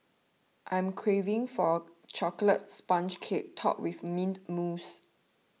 I am craving for a Chocolate Sponge Cake Topped with Mint Mousse